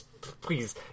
please